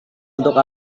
untuk